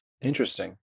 Interesting